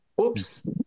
Oops